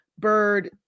Bird